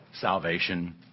salvation